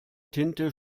tinte